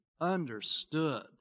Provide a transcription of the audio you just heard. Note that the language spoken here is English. understood